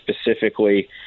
specifically